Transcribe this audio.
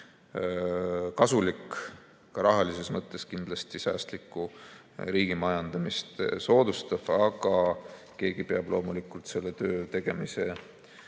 kasulik ja ka rahalises mõttes säästlikku riigimajandamist soodustav, aga keegi peab loomulikult selle töö tegemise